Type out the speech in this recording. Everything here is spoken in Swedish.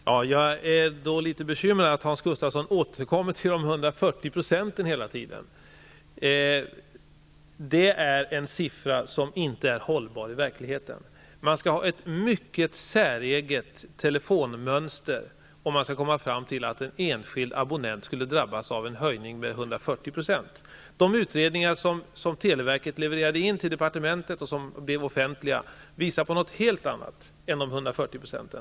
Herr talman! Jag är litet bekymrad över att Hans Gustafsson hela tiden återkommer till de 140 procenten. Det är ett procenttal som inte håller i verkligheten. Man skall ha ett mycket säreget telefonmönster om man som enskild abonnent skulle drabbas av en höjning med 140 %. De utredningar som televerket har levererat till departementet och som är offentliga visar på någonting helt annat än de 140 procenten.